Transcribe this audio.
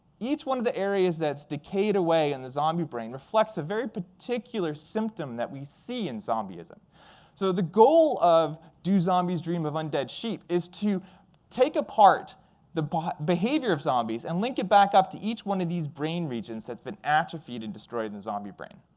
each one of the areas that's decayed away in the zombie brain reflects a very particular symptom that we see in zombieism so the goal of do zombies dream of undead sheep? is to take apart the but behavior of zombies and link it back up to each one of these brain regions that's been atrophied and destroyed in zombie brain.